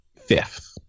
fifth